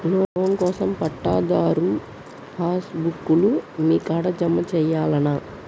Loan కోసం పట్టాదారు passbook లు మీ కాడా జమ చేయల్నా?